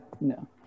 No